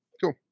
Cool